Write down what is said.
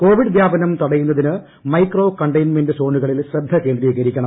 Covid വ്യാപനം തടയുന്നതിന് micro containment സോണുകളിൽ ശ്രദ്ധ കേന്ദ്രീകരിക്കണം